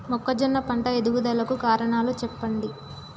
మొక్కజొన్న పంట ఎదుగుదల కు కారణాలు చెప్పండి?